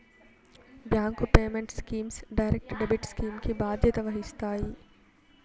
bank payment schemes direct debit scheme కి బాధ్యత వహిస్తాయి